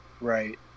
Right